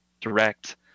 direct